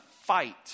fight